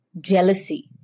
Jealousy